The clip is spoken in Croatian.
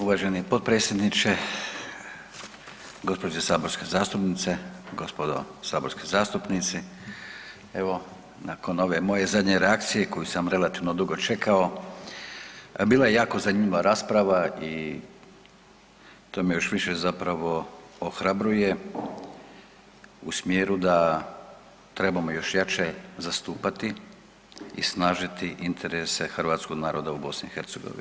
Uvaženi potpredsjedniče, gospođe saborske zastupnice, gospodo saborski zastupnici, evo nakon ove moje zadnje reakcije koju sam relativno dugo čekao, bila je jako zanimljiva rasprava i to me još više zapravo ohrabruje u smjeru da trebamo još jače zastupati i snažiti interese hrvatskog naroda u Bosni i Hercegovini.